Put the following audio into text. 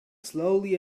slowly